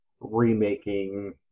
remaking